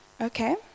okay